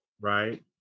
Right